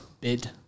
Bid